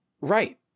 right